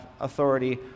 authority